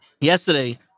Yesterday